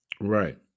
Right